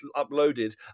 uploaded